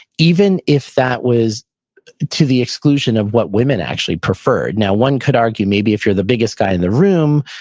even if that was to the exclusion of what women actually preferred now one could argue, maybe if you're the biggest guy in the room,